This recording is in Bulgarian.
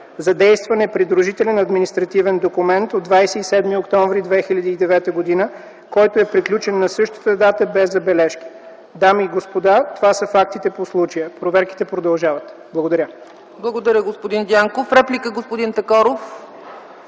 Задействан е придружителен административен документ от 27 октомври 2009 г., който е приключен на същата дата без забележки. Дами и господа, това са фактите по случая. Проверките продължават. Благодаря. ПРЕДСЕДАТЕЛ ЦЕЦКА ЦАЧЕВА: Благодаря, господин Дянков.